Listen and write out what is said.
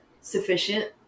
sufficient